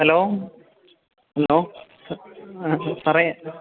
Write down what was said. hello hello സാറേ